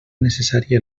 necessari